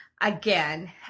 again